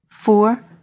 Four